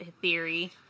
theory